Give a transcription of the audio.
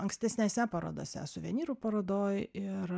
ankstesnėse parodose suvenyrų parodoj ir